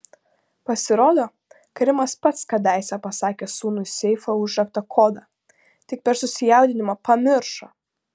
pasirodo karimas pats kadaise pasakė sūnui seifo užrakto kodą tik per susijaudinimą pamiršo